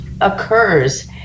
occurs